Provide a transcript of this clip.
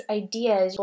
ideas